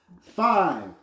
Five